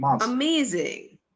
Amazing